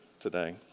today